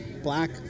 Black